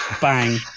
Bang